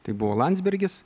tai buvo landsbergis